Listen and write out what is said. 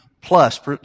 plus